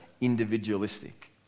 individualistic